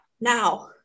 Now